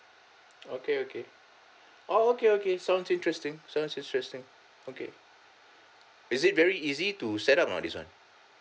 okay okay oh okay okay sounds interesting sounds interesting okay is it very easy to set up ah this one